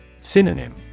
Synonym